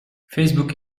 facebook